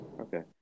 Okay